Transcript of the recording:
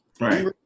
right